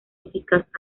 eficaz